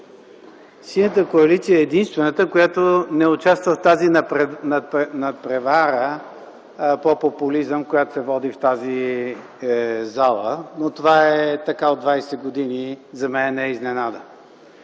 Синята коалиция е единствената, която не участва в тази надпревара по популизъм, която се води в тази зала, но това е така от 20 години и за мен не е изненада.